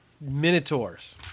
Minotaurs